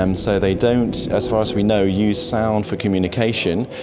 um so they don't, as far as we know, use sound for communication,